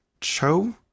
Cho